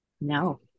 no